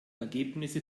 ergebnisse